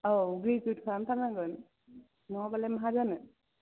औ ग्रेजुयेट खालामथारनांगोन नङाबालाय माहा जानो